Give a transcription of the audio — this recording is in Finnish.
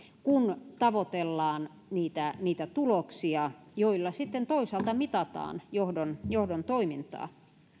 kun tavoitellaan niitä niitä tuloksia joilla sitten toisaalta mitataan johdon johdon toimintaa